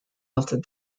after